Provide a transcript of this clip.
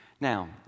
Now